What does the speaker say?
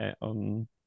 on